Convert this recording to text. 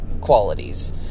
qualities